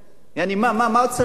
יעני, מה עוד צריך להיות פה?